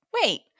Wait